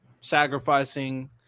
sacrificing –